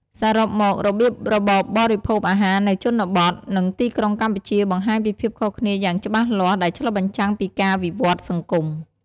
សរុបមក របៀបរបបរិភោគអាហារនៅជនបទ និងទីក្រុងកម្ពុជាបង្ហាញពីភាពខុសគ្នាយ៉ាងច្បាស់លាស់ដែលឆ្លុះបញ្ចាំងពីការវិវត្តន៍សង្គម។